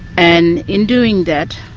and in doing that,